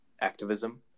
activism